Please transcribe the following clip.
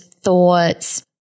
Thoughts